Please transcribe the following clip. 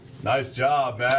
nice job,